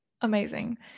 amazing